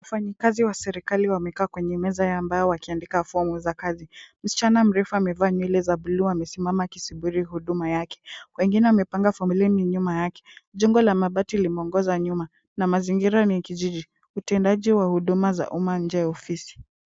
Wafanyikazi wa serikali wamekaa kwenye meza ya mbao wakiandika fomu za kazi. Msichana mrefu amevaa nywele za bluuu amesimama akisubiri huduma yake. Wengine wamepanga foleni nyuma yake. Jengo la mabati limeongoza nyuma na mazingira ni ya kijiji . Utendaji wa huduma za Umma nje ya ofisi.